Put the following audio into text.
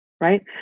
right